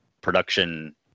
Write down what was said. production